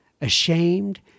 ashamed